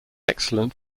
excellent